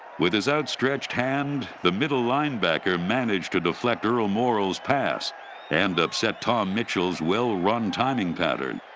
with his outstretched hand, the middle linebacker managed to deflect earl morrall's pass and upset tom mitchell's well-run timing pattern.